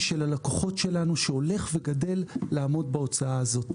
של הלקוחות שלנו שהולך וגדל לעמוד בהוצאה הזאת.